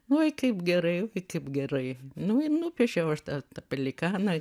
oi kaip gerai kaip gerai nu ir nupiešiau aš tą tą pelikaną